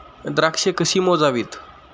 द्राक्षे कशी मोजावीत?